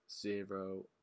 Zero